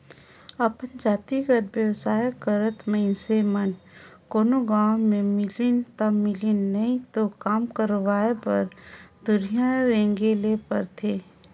अपन जातिगत बेवसाय करत मइनसे मन कोनो गाँव में मिलिन ता मिलिन नई तो काम करवाय बर दुरिहां रेंगें ले परथे